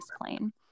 plane